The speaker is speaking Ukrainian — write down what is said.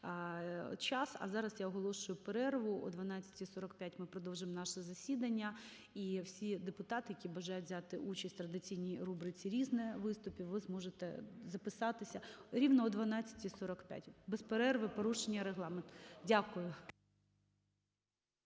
А зараз я оголошую перерву. О 12:45 ми продовжимо наше засідання. І всі депутати, які бажають взяти участь у традиційній рубриці "Різне" виступів, ви зможете записатися рівно о 12:45. (Після перерви) ГОЛОВУЮЧИЙ. Шановні